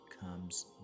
comes